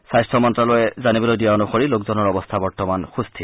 স্বাস্থ্য মন্ত্যালয়ে জানিবলৈ দিয়া অনুসৰি লোকজনৰ অৱস্থা বৰ্তমান সুস্থিৰ